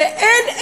ואין,